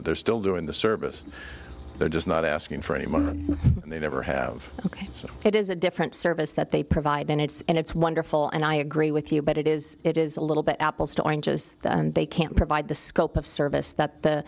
but they're still doing the service they're just not asking for a month and they never have ok so it is a different service that they provide and it's and it's wonderful and i agree with you but it is it is a little bit apples to oranges they can't provide the scope of service that